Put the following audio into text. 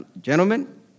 gentlemen